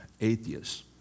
atheists